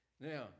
Now